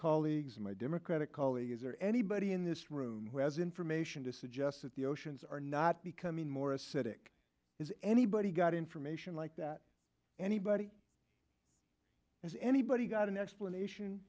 colleagues my democratic colleagues or anybody in this room who has information to suggest that the oceans are not becoming more acidic has anybody got information like that anybody has anybody got